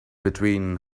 between